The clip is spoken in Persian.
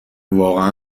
واقعا